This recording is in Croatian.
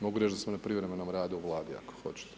Mogu reći da sam na privremenom radu u Vladi ako hoćete.